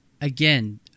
again